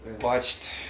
watched